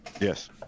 Yes